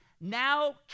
now